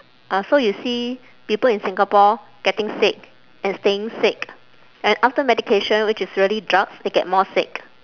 ah so you see people in singapore getting sick and staying sick and after medication which is really drugs they get more sick